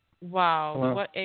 Wow